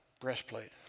breastplate